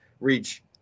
reach